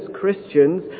Christians